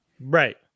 Right